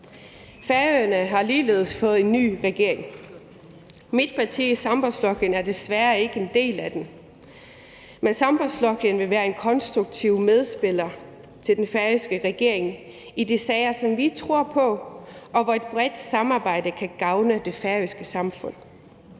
Færøerne har ligeledes fået en ny regering. Mit parti, Sambandsflokkurin, er desværre ikke en del af den, men Sambandsflokkurin vil være en konstruktiv medspiller for den færøske regering i de sager, som vi tror på, og hvor et bredt samarbejde kan gavne det færøske samfund.